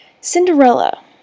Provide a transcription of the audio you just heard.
Cinderella